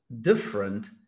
different